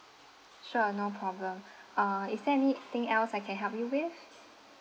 sure no problem uh is there anything else I can help you with